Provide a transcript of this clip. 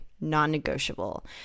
non-negotiable